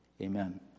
Amen